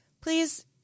Please